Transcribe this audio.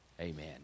Amen